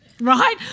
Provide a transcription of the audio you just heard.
right